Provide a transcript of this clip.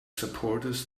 supporters